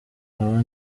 aba